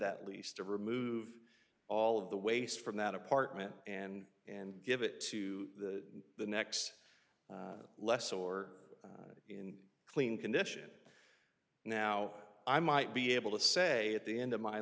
that lease to remove all of the waste from that apartment and and give it to the next less or in clean condition now i might be able to say at the end of my